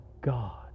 God